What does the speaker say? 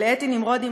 לאתי נמרודי,